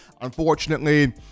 Unfortunately